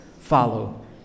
follow